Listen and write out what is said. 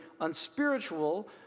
unspiritual